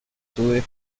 tuve